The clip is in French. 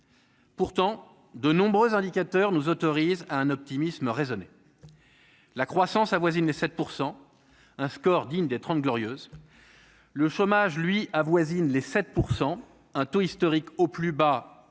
pourtant de nombreux indicateurs nous autorisent à un optimisme raisonné la croissance avoisine les 7 % un score digne des 30 Glorieuses le chômage lui avoisine les 7 % un taux historique au plus bas